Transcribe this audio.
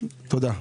תודה.